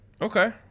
Okay